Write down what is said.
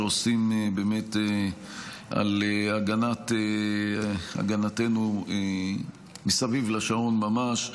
שעושים על הגנתנו מסביב לשעון ממש,